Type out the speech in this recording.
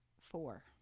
four